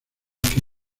que